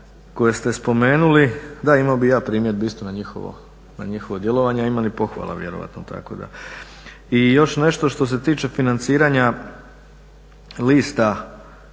koje ste spomenuli, da, imao bih i ja primjedbi isto na njihovo djelovanje, a imam i pohvala vjerojatno. I još nešto što se tiče financiranja lista